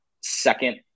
second